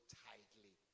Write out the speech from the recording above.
tightly